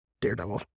daredevil